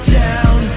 down